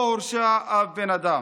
לא הורשע אף בן אדם,